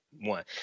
one